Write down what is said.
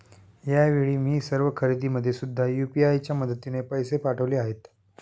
यावेळी मी सर्व खरेदीमध्ये सुद्धा यू.पी.आय च्या मदतीने पैसे पाठवले आहेत